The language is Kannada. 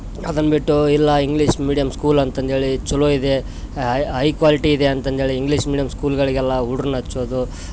ಅದನ್ನು ಬಿಟ್ಟು ಇಲ್ಲ ಇಂಗ್ಲಿಷ್ ಮೀಡಿಯಮ್ ಸ್ಕೂಲ್ ಅಂತಂದು ಹೇಳಿ ಚಲೋ ಇದೆ ಹೈ ಕ್ವಾಲಿಟಿ ಇದೆ ಅಂತಂದು ಹೇಳಿ ಇಂಗ್ಲಿಷ್ ಮೀಡಿಯಮ್ ಸ್ಕೂಲ್ಗಳಿಗೆಲ್ಲ ಹುಡುಗ್ರನ್ನ ಹಚ್ಚೋದು